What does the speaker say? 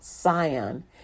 Sion